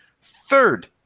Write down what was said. Third